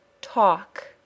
talk